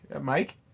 Mike